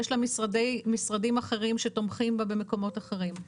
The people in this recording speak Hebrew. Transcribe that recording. יש לה משרדים אחרים שתומכים בה במקומות אחרים.